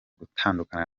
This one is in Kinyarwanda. gutandukana